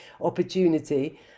opportunity